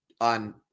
on